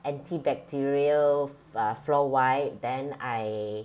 antibacterial uh floor wipe then I